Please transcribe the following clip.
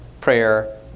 prayer